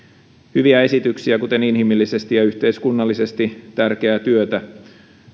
hyviä esityksiä kuten inhimillisesti ja yhteiskunnallisesti tärkeää työtä